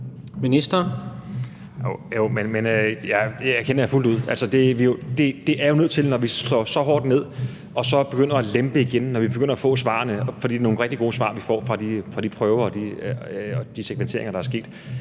erkender jeg fuldt ud. Altså, når vi slår så hårdt ned og så begynder at lempe igen, når vi begynder at få svarene, fordi det er nogle rigtig gode svar, vi får fra de prøver og de segmenteringer, der er sket,